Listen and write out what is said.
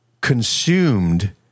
consumed